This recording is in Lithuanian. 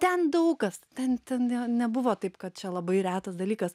ten daug kas ten ten nebuvo taip kad čia labai retas dalykas